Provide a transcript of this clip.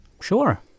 Sure